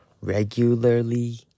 regularly